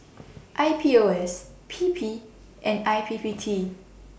I P O S P P and I P P T